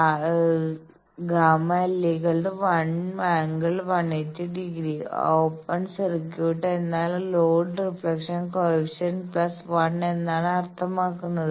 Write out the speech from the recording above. ΓL1 ∠ 180 ° ¿−1 open circuit എന്നാൽ load reflection coefficient plus 1 എന്നാണ് അർത്ഥമാക്കുന്നത്